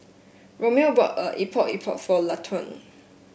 Romeo bought a Epok Epok for Laquan